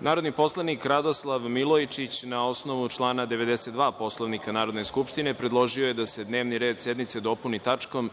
Narodni poslanik Zoran Živković, na osnovu člana 92. Poslovnika Narodne skupštine, predložio je da se dnevni red sednice dopuni tačkom